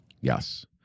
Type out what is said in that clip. Yes